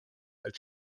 als